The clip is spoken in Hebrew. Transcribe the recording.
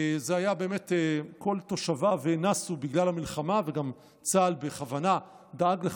כל תושביו נסו בגלל המלחמה, צה"ל בכוונה דאג לכך: